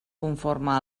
conforme